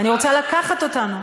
אמרת "כולנו".